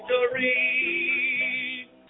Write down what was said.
victory